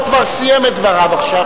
הוא כבר סיים את דבריו עכשיו.